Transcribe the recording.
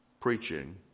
preaching